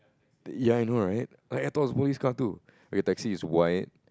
ya I know right I I thought it was a police car too okay taxi is white